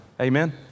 Amen